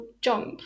jump